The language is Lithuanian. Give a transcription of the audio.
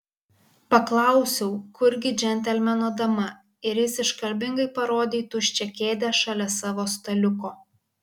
paklausiau kur gi džentelmeno dama ir jis iškalbingai parodė į tuščią kėdę šalia savo staliuko